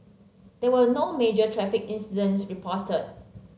there were no major traffic incidents reported